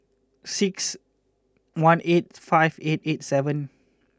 six one eight five eight eight seven